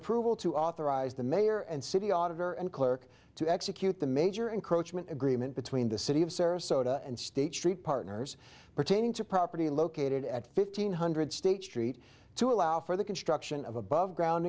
approval to authorize the mayor and city auditor and clerk to execute the major encroachment agreement between the city of sarasota and state street partners pertaining to property located at fifteen hundred state street to allow for the construction of above ground